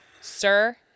Sir